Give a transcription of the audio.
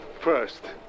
First